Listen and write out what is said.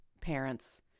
parents